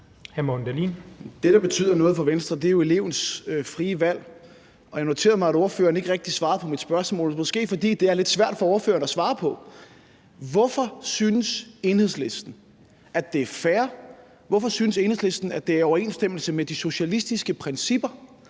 Det, der betyder noget for Venstre, er jo elevens frie valg. Og jeg noterede mig, at ordføreren ikke rigtig svarede på mit spørgsmål. Det er måske, fordi det er lidt svært for ordføreren at svare på. Hvorfor synes Enhedslisten, at det er fair? Hvorfor synes Enhedslisten, det er i overensstemmelse med de socialistiske principper